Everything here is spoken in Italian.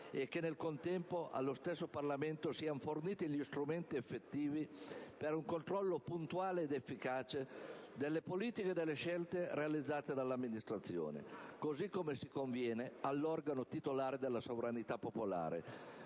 e affinché nel contempo allo stesso Parlamento siano forniti gli strumenti effettivi per un controllo puntuale ed efficace delle politiche e delle scelte realizzate dalle amministrazioni, così come si conviene all'organo titolare della sovranità popolare,